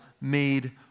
made